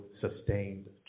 sustained